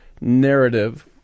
narrative